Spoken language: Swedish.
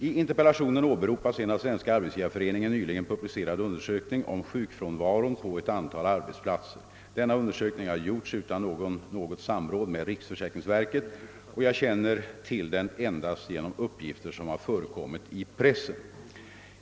I interpellationen åberopas en av Svenska arbetsgivareföreningen nyligen publicerad undersökning om sjukfrånvaron på ett antal arbetsplatser. Denna undersökning har gjorts utan något samråd med riksförsäkringsverket, och jag känner till den endast genom uppgifter som har förekommit i pressen.